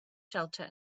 shelter